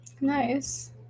Nice